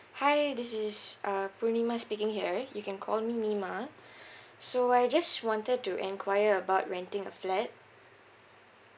hi this is uh purnima speaking here you can call me nima so I just wanted to enquire about renting a flat